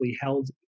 held